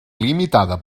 limitada